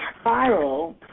spiral